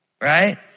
right